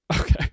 Okay